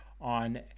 on